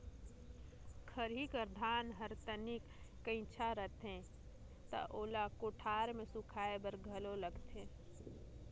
खरही कर धान तनिक कइंचा रथे त ओला कोठार मे सुखाए बर घलो लगथे